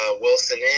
Wilson